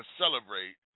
celebrate